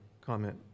comment